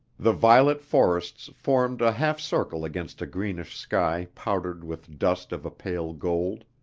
the violet forests formed a half circle against a greenish sky powdered with dust of a pale gold.